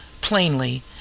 plainly